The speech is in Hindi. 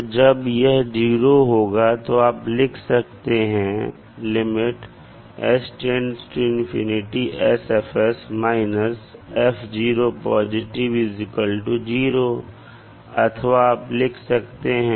तो जब यह 0 होगा तो आप लिख सकते हैं अथवा आप लिख सकते हैं